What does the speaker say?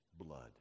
blood